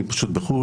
היא פשוט בחו"ל,